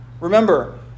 Remember